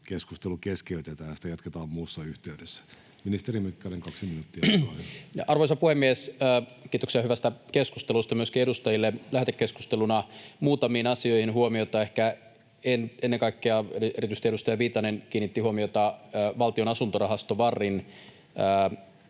keskustelu keskeytetään ja sitä jatketaan muussa yhteydessä. — Ministeri Mykkänen, kaksi minuuttia, olkaa hyvä. Arvoisa puhemies! Kiitoksia hyvästä keskustelusta myöskin edustajille lähetekeskusteluna. Muutamiin asioihin kiinnitän huomiota. Ehkä ennen kaikkea erityisesti edustaja Viitanen kiinnitti huomiota Valtion asuntorahaston,